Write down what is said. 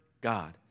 God